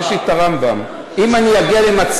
יש לי את הרמב"ם.